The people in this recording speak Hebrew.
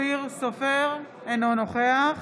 סופר, אינו נוכח